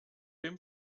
dem